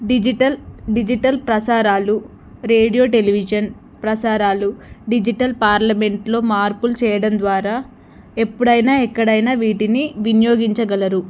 digital digital ప్రసారాలు radio television ప్రసారాలు digital పార్లమెంట్లో మార్పులు చేయడం ద్వారా ఎప్పుడైనా ఎక్కడైనా వీటిని వినియోగించగలరు